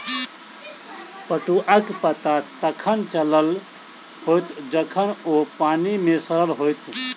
पटुआक पता तखन चलल होयत जखन ओ पानि मे सड़ल होयत